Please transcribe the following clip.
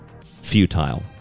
futile